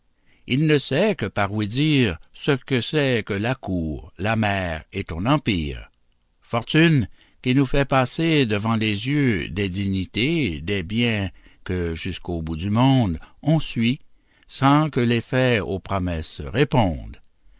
il ne sait que par ouï-dire ce que c'est que la cour la mer et ton empire fortune qui nous fais passer devant les yeux des dignités des biens que jusqu'au bout du monde on suit sans que l'effet aux promesses réponde